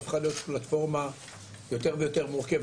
הפכה להיות פלטפורמה יותר ויותר מורכבת.